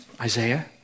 Isaiah